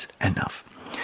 enough